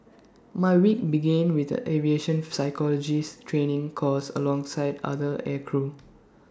my week began with A aviation physiologies training course alongside other aircrew